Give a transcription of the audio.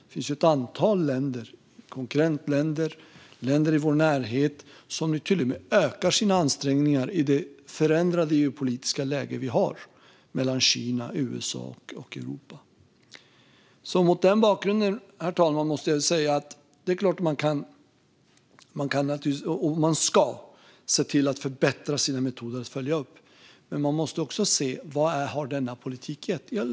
Det finns ett antal länder - konkurrentländer och länder i vår närhet - som nu till och med ökar sina ansträngningar i det förändrade geopolitiska läget mellan Kina, USA och Europa. Mot den bakgrunden, herr talman, ska man naturligtvis förbättra sina metoder att följa upp. Men man måste också se vad denna politik har gett.